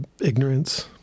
ignorance